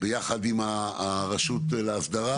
יחד עם הרשות לאסדרה